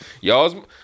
Y'all's